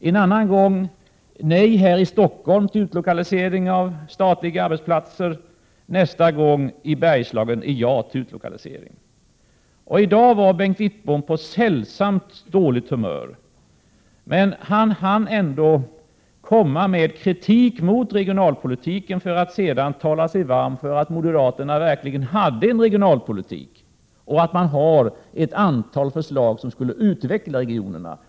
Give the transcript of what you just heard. En annan gång sade han nej här i Stockholm till utlokalisering av statliga arbetsplatser och ja i Bergslagen till utlokalisering. I dag var Bengt Wittbom på sällsamt dåligt humör, men han hann ändå komma med kritik mot regionalpolitiken för att sedan tala sig varm för att moderaterna verkligen hade en regionalpolitik och ett antal förslag som skulle utveckla regionerna.